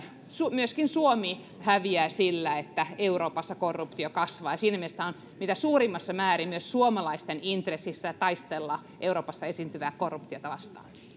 myöskin suomi häviää sillä että euroopassa korruptio kasvaa ja siinä mielessä tämä on mitä suurimmassa määrin myös suomalaisten intressissä taistella euroopassa esiintyvää korruptiota vastaan